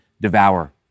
devour